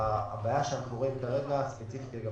הבעיה שאנחנו רואים היא ספציפית לגבי